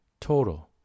Total